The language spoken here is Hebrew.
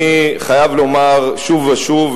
אני חייב לומר שוב ושוב,